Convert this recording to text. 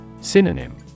Synonym